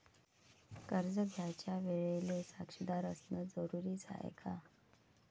कर्ज घ्यायच्या वेळेले साक्षीदार असनं जरुरीच हाय का?